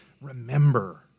remember